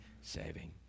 saving